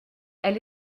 elle